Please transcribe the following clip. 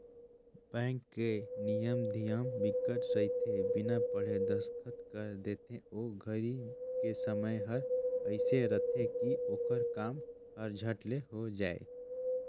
bank के नियम धियम बिकट रहिथे बिना पढ़े दस्खत कर देथे ओ घरी के समय हर एइसे रहथे की ओखर काम हर झट ले हो जाये